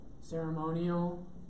ceremonial